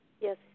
yes